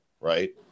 right